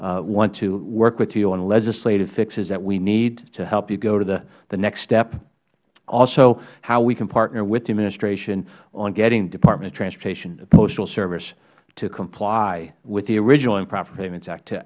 want to work with you on legislative fixes that we need to help you go to the next step also how we can partner with the administration on getting the department of transportation and the postal service to comply with the original improper payments act to